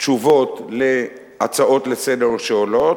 לתת תשובות על הצעות לסדר-היום שעולות.